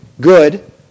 good